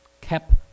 kept